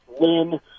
lynn